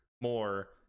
more